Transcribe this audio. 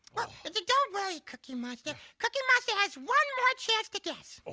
and don't worry cookie monster. cookie monster has one more chance to guess.